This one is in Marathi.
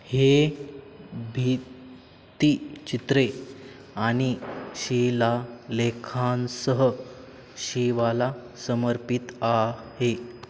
हे भित्तीचित्रे आणि शीला लेखांसह शिवाला समर्पित आहे